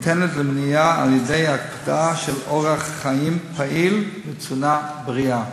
ניתנת למניעה על-ידי הקפדה על אורח חיים פעיל ועל תזונה בריאה.